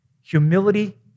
humility